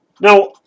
Now